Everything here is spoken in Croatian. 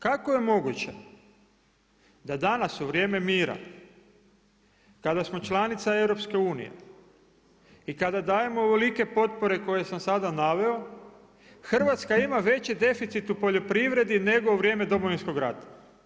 Kako je moguće da danas u vrijeme mira kada smo članica EU i kada dajemo ovolike potpore koje sam sada naveo, Hrvatska ima veći deficit u poljoprivredi nego u vrijeme Domovinskog rata.